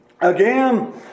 again